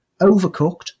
Overcooked